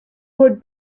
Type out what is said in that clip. would